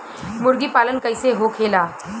मुर्गी पालन कैसे होखेला?